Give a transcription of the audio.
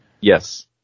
yes